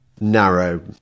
narrow